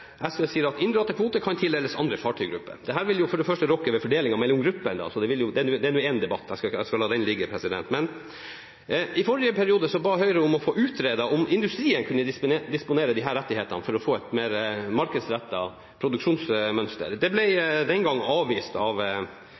SV ser man at SV sier at inndratte kvoter kan tildeles andre fartøygrupper. Dette vil for det første rokke ved fordelingen mellom gruppene. Det er nå én debatt, jeg skal la den ligge. I forrige periode ba Høyre om å få utredet om industrien kunne disponere disse rettighetene for å få et mer markedsrettet produksjonsmønster. Det ble den gang avvist av